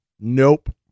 Nope